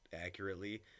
accurately